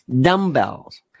dumbbells